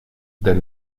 del